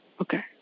Okay